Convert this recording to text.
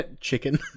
chicken